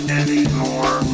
anymore